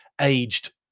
aged